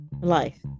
Life